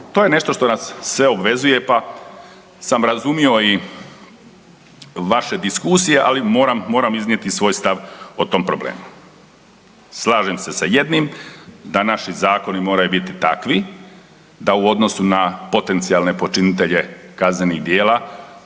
To je nešto što nas sve obvezuje pa sam razumio i vaše diskusije, ali moram, moram iznijeti svoj stav o tom problemu. Slažem se sa jednim, da naši zakoni moraju biti takvi da u odnosu na potencijalne počinitelje kaznenih djela